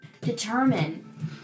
determine